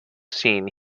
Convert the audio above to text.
scene